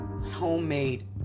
homemade